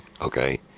Okay